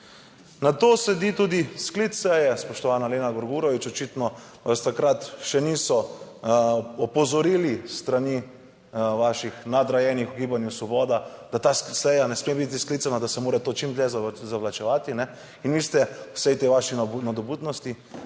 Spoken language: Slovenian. Na to sledi tudi sklic seje - spoštovana Lena Grgurović, očitno vas takrat še niso opozorili s strani vaših nadrejenih v Gibanju Svoboda, da ta seja ne sme biti sklicana, da se mora to čim dlje zavlačevati in vi ste v vsej tej vaši nadobudnosti